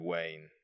Wayne